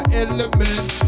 element